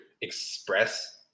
express